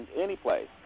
anyplace